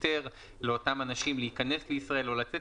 היתר לאותם אנשים להיכנס לישראל או לצאת